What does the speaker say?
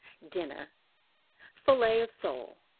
dinner fillet of sole,